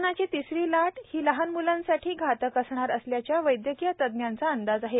कोरोनाची तिसरी लाट ही लहान मुलांसाठी घातक असणार असल्याचा वैदयकीय तज्ज्ञांचा अंदाज आहे